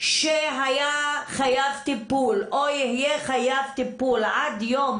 שהיה חייב טיפול או שיהיה חייב טיפול עד יום